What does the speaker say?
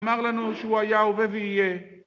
אמר לנו שהוא היה, הווה ויהיה